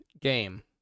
game